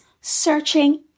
searching